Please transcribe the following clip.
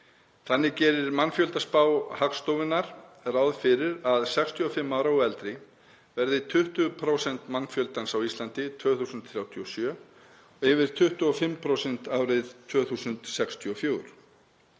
Þannig gerir mannfjöldaspá Hagstofunnar ráð fyrir að 65 ára og eldri verði 20% mannfjöldans á Íslandi árið 2037 og yfir 25% árið 2064.